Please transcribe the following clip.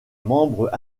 membres